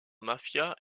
mafia